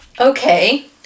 okay